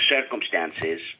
circumstances